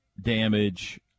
damage